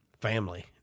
family